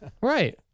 right